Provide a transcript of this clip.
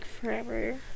forever